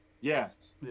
Yes